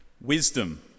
Wisdom